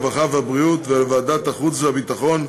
הרווחה והבריאות ולוועדת החוץ והביטחון,